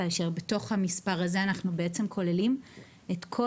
כאשר בתוך המספר הזה אנחנו בעצם כוללים את כל